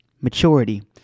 maturity